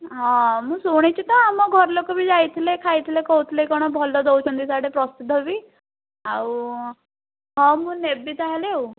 ହଁ ମୁଁ ଶୁଣିଛି ତ ଆମ ଘରଲୋକ ବି ଯାଇଥିଲେ ଖାଇଥିଲେ କହୁଥିଲେ କ'ଣ ଭଲ ଦେଉଛନ୍ତି ପ୍ରସିଦ୍ଧ ବି ଆଉ ହଁ ମୁଁ ନେବି ତା'ହେଲେ ଆଉ